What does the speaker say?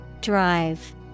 Drive